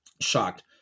Shocked